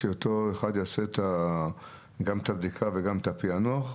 שאותו אחד יעשה גם את הבדיקה וגם את הפענוח?